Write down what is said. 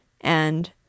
And